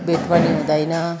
भेट पनि हुँदैन